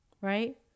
right